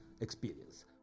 experience